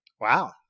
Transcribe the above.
Wow